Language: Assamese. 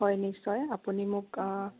হয় নিশ্চয় আপুনি মোক